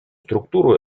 структуру